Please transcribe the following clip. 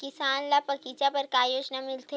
किसान ल बगीचा बर का योजना मिलथे?